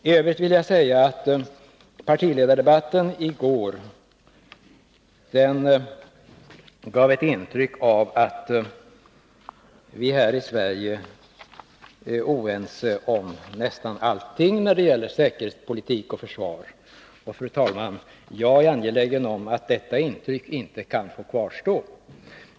I övrigt vill jag säga att partiledardebatten i går gav ett intryck av att vi här i Sverige är oense om nästan allting när det gäller säkerhetspolitik och försvar. Fru talman! Jag är angelägen om att detta intryck inte skall kvarstå.